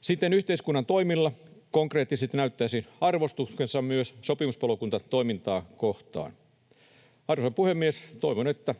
Siten yhteiskunta toimillaan konkreettisesti näyttäisi arvostuksensa myös sopimuspalokuntatoimintaa kohtaan. Arvoisa puhemies! Toivon, että